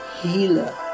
healer